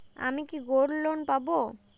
আমি কি gold loan পাবো?